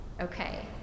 Okay